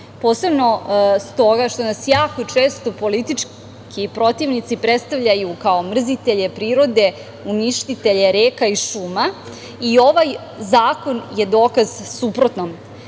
posebno stoga što nas jako često politički protivnici predstavljaju kao mrzitelje prirode, uništitelje reka i šuma i ovaj zakon je dokaz suprotnom.